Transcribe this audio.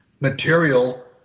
material